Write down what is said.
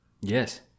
Yes